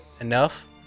enough